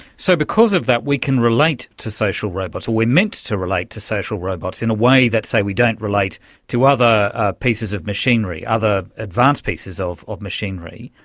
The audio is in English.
so because of that we can relate to social robots or we are meant to relate to social robots in a way that, say, we don't relate to other ah pieces of machinery, other advanced pieces of of machinery.